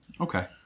Okay